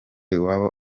iwabo